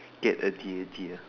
get a D_A dear